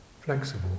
flexible